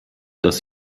das